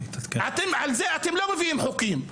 על זה אתם לא מביאים חוקים,